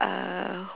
uh